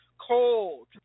cold